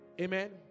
amen